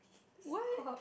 what